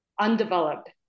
undeveloped